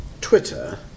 Twitter